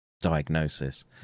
diagnosis